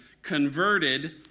converted